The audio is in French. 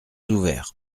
ouvert